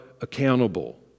accountable